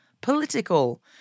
political